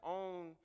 own